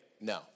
no